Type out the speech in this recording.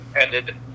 ended